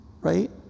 right